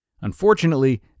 Unfortunately